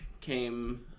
came